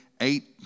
eight